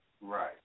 Right